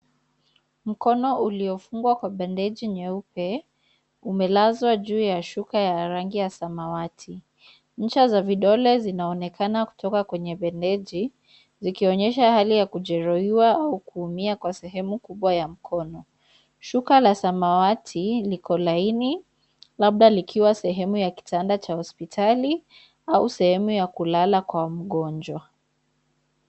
Mkono uliofungwa kwa bendeji nyeupe, umelazwa juu ya shuka ya rangi ya samawati. Ncha za vidole zinaonekana kutoka kwenye bendeji, zikionesha hali ya kujeruhiwa au kuumia kwa sehemu kubwa ya mkono. Shuka la samawati liko laini, labda likiwa sehemu ya kitanda cha hospitali au sehemu ya kulala kwa mgonjwa.